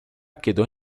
quedó